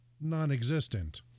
non-existent